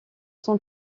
son